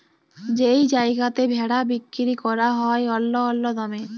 যেই জায়গাতে ভেড়া বিক্কিরি ক্যরা হ্যয় অল্য অল্য দামে